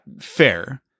fair